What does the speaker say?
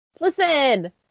listen